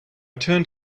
turned